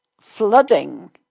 flooding